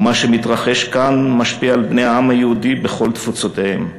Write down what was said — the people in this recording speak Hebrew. ומה שמתרחש כאן משפיע על בני העם היהודי בכל תפוצותיהם.